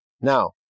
Now